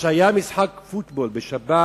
כשהיה משחק פוטבול בשבת